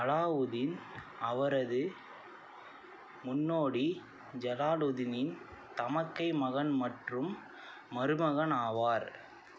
அலாவுதீன் அவரது முன்னோடி ஜலாலுதீனின் தமக்கை மகன் மற்றும் மருமகன் ஆவார்